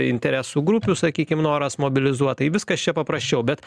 interesų grupių sakykim noras mobilizuot tai viskas čia paprasčiau bet